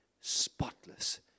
spotless